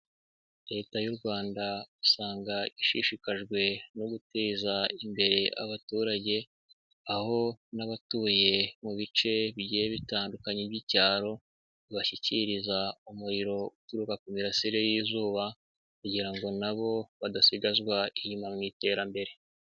Leta y'u Rwanda usanga ishishikajwe no guteza imbere abaturage, aho n'abatuye mu bice bigiye bitandukanye by'icyaro bashyikiriza umuriro uturuka ku mirasire y'izuba, kugira ngo nabo badasigazwa inyuma mu iterambere.